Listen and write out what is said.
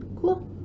Cool